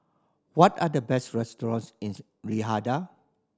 what are the best restaurants in Riyadh